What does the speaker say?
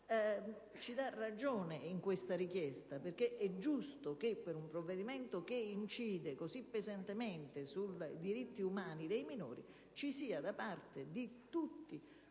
ci dà ragione in questa richiesta. È giusto infatti che, per un provvedimento che incide così pesantemente sui diritti umani dei minori, ci sia da parte di tutti